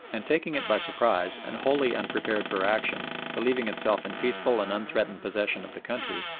and taking it by surprise and wholly unprepared for action, believing itself in peaceful and unthreatened possession of the country,